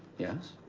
yes?